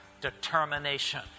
determination